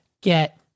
get